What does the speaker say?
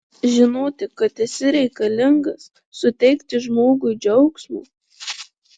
žinoti kad esi reikalingas suteikti žmogui džiaugsmo